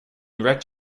wrecked